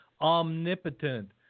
omnipotent